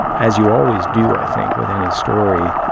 as you always do, i think, with any story.